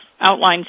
outlined